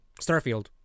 Starfield